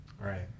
Right